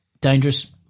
Dangerous